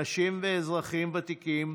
נשים ואזרחים ותיקים,